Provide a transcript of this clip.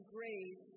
Grace